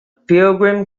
pilgrim